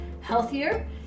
healthier